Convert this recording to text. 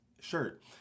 shirt